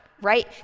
Right